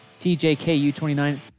TJKU29